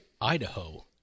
idaho